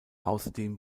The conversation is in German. außerdem